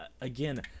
again